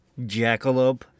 Jackalope